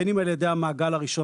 בין אם זה על ידי המעגל הראשון,